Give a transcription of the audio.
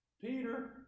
Peter